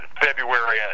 February